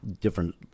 different